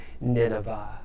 Nineveh